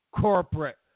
corporate